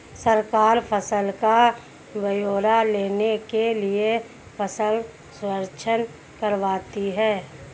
सरकार फसल का ब्यौरा लेने के लिए फसल सर्वेक्षण करवाती है